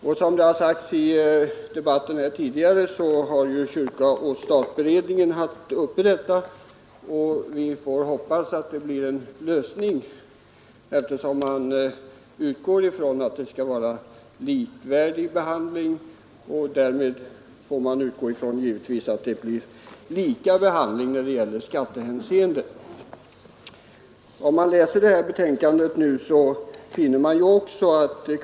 Såsom framhållits tidigare under debatten har ju kyrka—stat-beredningen haft uppe denna fråga, och vi får hoppas att det blir en lösning, eftersom man utgår från att det skall vara likvärdig behandling. Därmed får man naturligtvis räkna med att det blir lika behandling även i skattehänseende. Om man läser kyrka—stat-beredningens betänkande finner man också att ”Kungl.